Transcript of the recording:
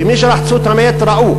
ומי שרחץ את המת ראה,